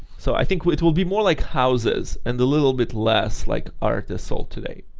so i think it will be more like houses and a little bit less like art is sold today